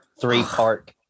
three-part